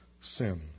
sin